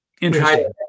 Interesting